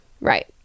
Right